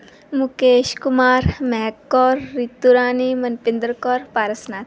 Mukesh Kumar Mahak Kaur Ritu Rani Manpinder Kaur Paras Nath